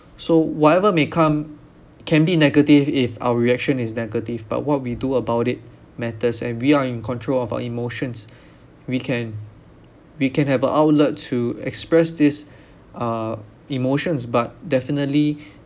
so whatever may come can be negative if our reaction is negative but what we do about it matters and we are in control of our emotions we can we can have a outlet to express this uh emotions but definitely